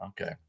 Okay